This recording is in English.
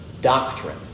doctrine